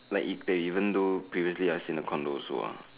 like if they even though previously I stay in the condo also ah